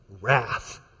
wrath